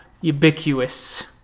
ubiquitous